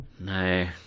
No